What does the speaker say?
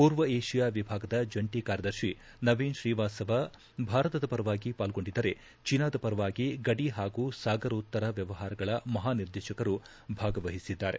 ಪೂರ್ವ ಏಷಿಯಾ ವಿಭಾಗದ ಜಂಟಿ ಕಾರ್ಯದರ್ತಿ ನವೀನ್ ಶ್ರೀವಾತ್ಸವ ಭಾರತದ ಪರವಾಗಿ ಪಾಲ್ಗೊಂಡಿದ್ದರೆ ಚೀನಾದ ಪರವಾಗಿ ಗಡಿ ಪಾಗೂ ಸಾಗರೋತ್ತರ ವ್ಯವಹಾರಗಳ ಮಹಾ ನಿರ್ದೇಶಕರು ಭಾಗವಹಿಸಿದ್ದಾರೆ